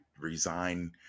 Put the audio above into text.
resign